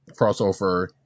crossover